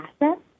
assets